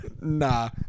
nah